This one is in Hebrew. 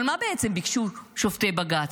אבל מה בעצם ביקשו שופטי בג"ץ?